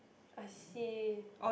I see